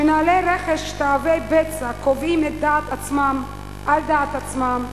שמנהלי רכש תאבי בצע קובעים על דעת עצמם,